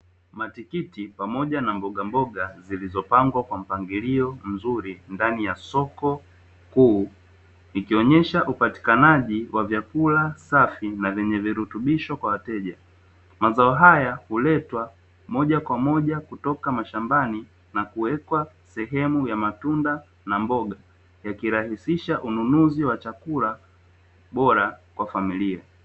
Matikiti pamoja na mbogamboga zilizopangwa ndani ya soko kuu mazao haya huletwa moja kwa moja kutoka mashambani kuja sokoni ikionyesha usambazaji bora wa chakula